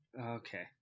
Okay